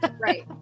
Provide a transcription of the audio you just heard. Right